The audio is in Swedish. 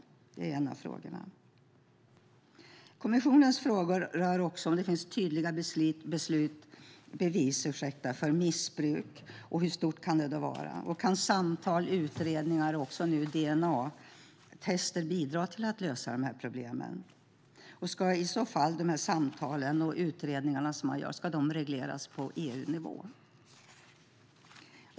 Det är en av frågorna. Kommissionens frågor rör också om det finns tydliga bevis för missbruk och hur stort det i så fall kan vara. Kan samtal, utredningar och nu också dna-tester bidra till att lösa dessa problem? Ska i så fall de samtal och utredningar som man gör regleras på EU-nivå?